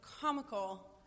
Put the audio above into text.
comical